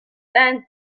tent